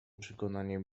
przekonaniem